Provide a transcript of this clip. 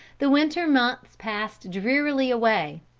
the winter months passed drearily away.